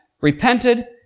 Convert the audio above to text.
repented